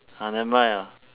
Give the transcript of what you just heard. ah never mind ah